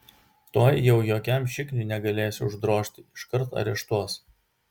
tuoj jau jokiam šikniui negalėsi uždrožti iškart areštuos